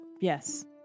Yes